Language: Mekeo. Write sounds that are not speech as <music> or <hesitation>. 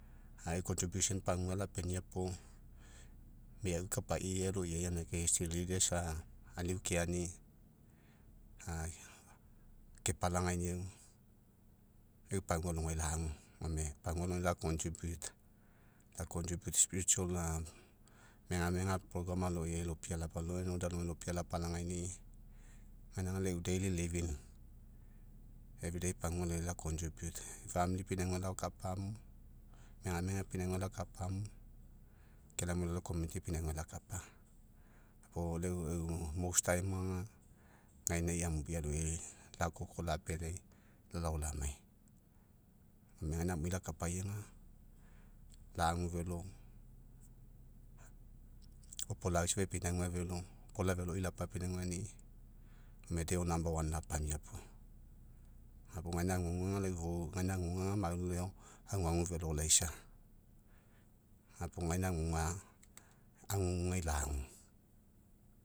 Gae <unintelligible> pagua lapenia puo, meau kapai aloiai, gaina kai <unintelligible> aniu keani, kepalagainiau, lau eu pagua alogai lagu. Gome pagua alogai, la <unintelligible> <hesitation> megamega <unintelligible> aloiai lopia <hesitation> <unintelligible> lapanaini'i, gaina lau eu <unintelligible> pagua alogai, la <unintelligible> pinauga lakapamo, megamega pinauga lakapamo, ke lamue lalao <unintelligible> pinauga. Puo lau eu <unintelligible> aga, gaina amui aloiai, lakoko lapealai, lalao lamai. Gome gaina amui lakapai ga, lau velo, opolau safa epinauga velo, opola veloi lopapinaugani'i, gome deo <unintelligible> lapamia puo. Gapuo gaina aguaguga, lau ifou, gaina aguaguga, mau elao, aguagu velo laisa. Gapuo gaina aguga, agugai lagu.